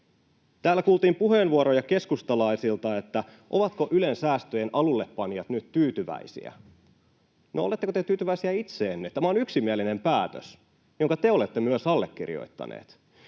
Täällä kuultiin puheenvuoroja keskustalaisilta, että ovatko Ylen säästöjen alullepanijat nyt tyytyväisiä. No oletteko te tyytyväisiä itseenne? Tämä on yksimielinen päätös, jonka te olette myös allekirjoittaneet.